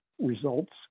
results